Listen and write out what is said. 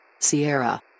Sierra